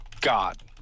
god